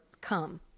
come